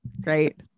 Great